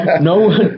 no